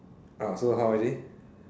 ah so how was he